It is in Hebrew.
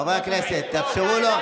חברי הכנסת, תאפשרו לו.